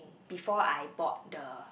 before I board the